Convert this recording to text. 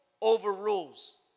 overrules